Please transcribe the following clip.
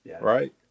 right